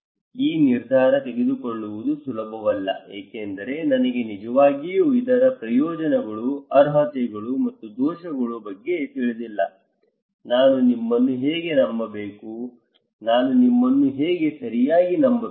ಈ ನಿರ್ಧಾರ ತೆಗೆದುಕೊಳ್ಳುವುದು ಸುಲಭವಲ್ಲ ಏಕೆಂದರೆ ನನಗೆ ನಿಜವಾಗಿಯೂ ಇದರ ಪ್ರಯೋಜನಗಳು ಅರ್ಹತೆಗಳು ಮತ್ತು ದೋಷಗಳ ಬಗ್ಗೆ ತಿಳಿದಿಲ್ಲ ನಾನು ನಿಮ್ಮನ್ನು ಹೇಗೆ ನಂಬಬೇಕು ನಾನು ನಿಮ್ಮನ್ನು ಹೇಗೆ ಸರಿಯಾಗಿ ನಂಬಬೇಕು